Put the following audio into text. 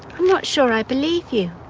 i'm not sure i believe you.